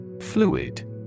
Fluid